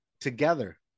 together